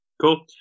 cool